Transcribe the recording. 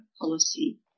policy